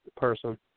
person